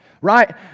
right